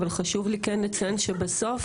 אבל חשוב לי כן לציין שבסוף,